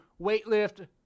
weightlift